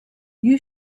you